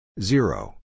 zero